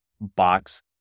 box